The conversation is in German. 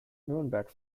nürnberg